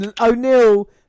O'Neill